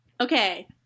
Okay